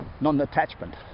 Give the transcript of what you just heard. non-attachment